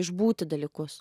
išbūti dalykus